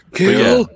kill